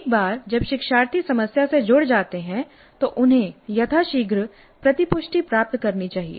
एक बार जब शिक्षार्थी समस्या से जुड़ जाते हैं तो उन्हें यथाशीघ्र प्रतिपुष्टि प्राप्त करनी चाहिए